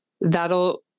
that'll